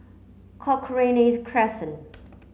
Cochrane Crescent